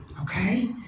okay